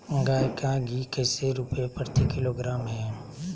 गाय का घी कैसे रुपए प्रति किलोग्राम है?